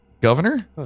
Governor